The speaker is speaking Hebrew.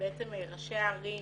שראשי הערים